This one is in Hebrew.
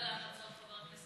מה אתה חושב על ההמלצות,